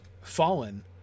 fallen